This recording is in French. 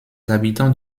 habitants